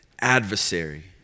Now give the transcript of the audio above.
adversary